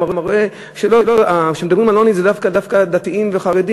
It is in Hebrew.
רואה שכשמדברים על עוני זה לא דווקא דתיים וחרדים.